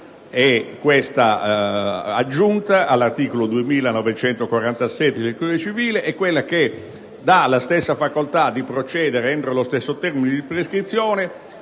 questa aggiunta all'articolo 2947 del codice civile si dà la stessa facoltà di procedere entro lo stesso termine di prescrizione